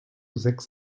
sechs